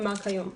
כלומר, כיום.